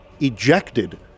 ejected